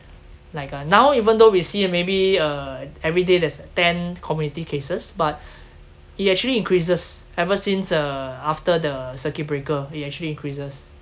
like uh now even though we see maybe uh everyday there's ten COVID nineteen cases but it actually increases ever since uh after the circuit breaker it actually increases